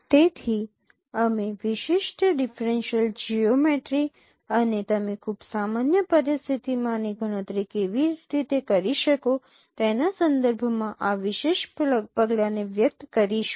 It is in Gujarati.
તેથી અમે વિશિષ્ટ ડિફરેનશિયલ જિયૉમેટ્રી અને તમે ખૂબ સામાન્ય પરિસ્થિતિ માં આની ગણતરી કેવી રીતે કરી શકો તેના સંદર્ભમાં આ વિશેષ પગલાને વ્યક્ત કરીશું